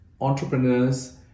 entrepreneurs